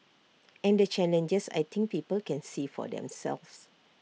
and the challenges I think people can see for themselves